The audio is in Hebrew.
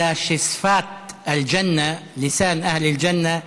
אלא ששפת (אומר דברים בשפה הערבית,